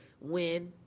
win